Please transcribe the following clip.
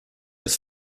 ist